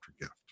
gift